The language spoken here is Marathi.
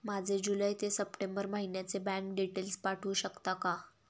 माझे जुलै ते सप्टेंबर महिन्याचे बँक डिटेल्स पाठवू शकता का?